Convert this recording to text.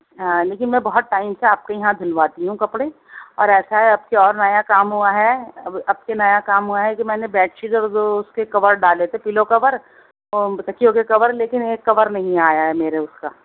ہاں لیکن میں بہت ٹائم سے آپ کے یہاں دھلواتی ہوں کپڑے اور ایسا ہے اب کے اور نیا کام ہوا ہے اب کے نیا کام ہوا ہے جو میں نے بیڈ شیٹ اور جو اس کے کور ڈالے تھے پیلو کور تکیوں کے کور لیکن ایک کور نہیں آیا ہے میرے اس کا